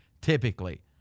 typically